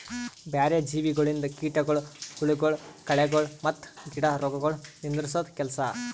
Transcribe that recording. ಬ್ಯಾರೆ ಜೀವಿಗೊಳಿಂದ್ ಕೀಟಗೊಳ್, ಹುಳಗೊಳ್, ಕಳೆಗೊಳ್ ಮತ್ತ್ ಗಿಡ ರೋಗಗೊಳ್ ನಿಂದುರ್ಸದ್ ಕೆಲಸ